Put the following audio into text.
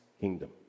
kingdom